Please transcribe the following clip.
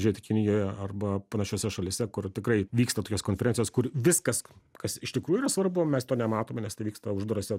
žiūrėti kinijoje arba panašiose šalyse kur tikrai vyksta tokios konferencijos kur viskas kas iš tikrųjų yra svarbu mes to nematome nes tai vyksta uždarose